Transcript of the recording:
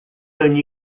ogni